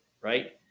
right